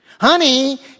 Honey